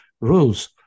rules